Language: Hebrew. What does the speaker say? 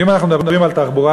ואם אנחנו מדברים על תחבורה,